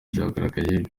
byagaragaye